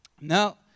now